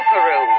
Peru